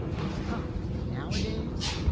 it was tough. nowadays,